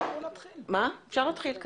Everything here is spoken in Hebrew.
אפשר להתחיל.